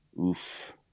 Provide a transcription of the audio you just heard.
Oof